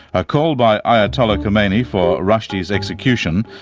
a call by ayatollah khomeini for rushdie's execution,